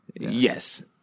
Yes